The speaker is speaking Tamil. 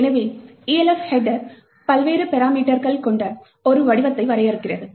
எனவே Elf ஹெட்டர் பல்வேறு பராமீட்டர்கள் கொண்ட ஒரு வடிவத்தை வரையறுக்கிறது